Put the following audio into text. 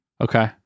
okay